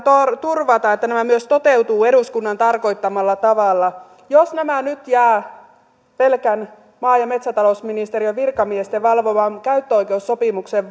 turvata että nämä myös toteutuvat eduskunnan tarkoittamalla tavalla jos nämä nyt jäävät pelkän maa ja metsätalousministeriön virkamiesten valvoman käyttöoikeussopimuksen